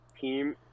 team